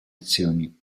azioni